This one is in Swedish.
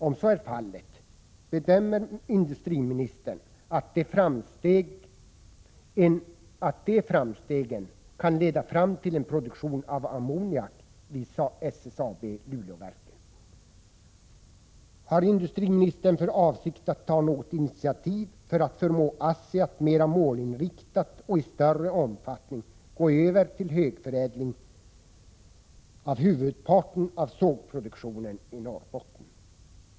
Om så är fallet, bedömer industriministern att de framstegen kan leda fram till en produktion av ammoniak vid SSAB Luleåverken? Har industriministern för avsikt att ta något initiativ för att förmå ASSI att mer målinriktat och i större omfattning gå över till högförädling av huvudparten av sågproduktionen i Norrbotten?